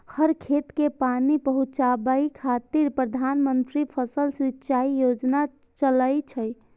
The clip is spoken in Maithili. हर खेत कें पानि पहुंचाबै खातिर प्रधानमंत्री फसल सिंचाइ योजना चलै छै